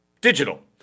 digital